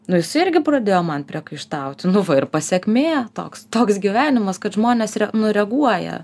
nu jis irgi pradėjo man priekaištauti nu va ir pasekmė toks toks gyvenimas žmonės nu reaguoja